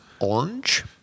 Orange